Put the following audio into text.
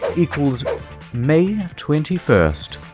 equals may twenty first,